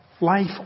Life